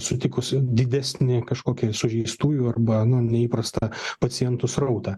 sutikus didesnį kažkokį sužeistųjų arba nu neįprastą pacientų srautą